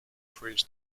trees